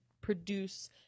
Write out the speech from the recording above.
produce